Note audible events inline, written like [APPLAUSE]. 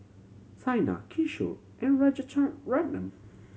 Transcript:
Saina Kishore and [UNINTELLIGIBLE]